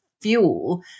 fuel